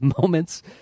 moments